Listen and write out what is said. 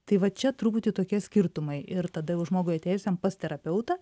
tai va čia truputį tokie skirtumai ir tada jau žmogui atėjusiam pas terapeutą